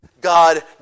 God